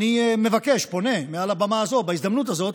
אני פונה ומבקש מעל הבמה הזאת, בהזדמנות הזאת,